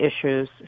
issues